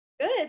Good